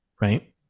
right